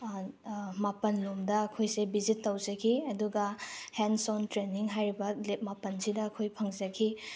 ꯃꯥꯄꯜ ꯂꯣꯝꯗ ꯑꯩꯈꯣꯏꯁꯦ ꯚꯤꯖꯤꯠ ꯇꯧꯖꯈꯤ ꯑꯗꯨꯒ ꯍꯦꯟꯁ ꯑꯣꯟ ꯇ꯭ꯔꯦꯟꯅꯤꯡ ꯍꯥꯏꯔꯤꯕ ꯂꯦꯞ ꯃꯥꯄꯜꯁꯤꯗ ꯑꯩꯈꯣꯏ ꯐꯪꯖꯈꯤ